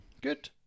good